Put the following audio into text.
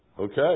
Okay